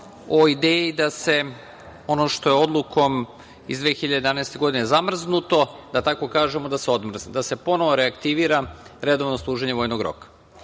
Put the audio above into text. o ideji da se, ono što je odlukom iz 2011. godine zamrznuto, da tako kažemo, da se odmrzne, da se ponovo reaktivira redovno služenje vojnog roka. Ovo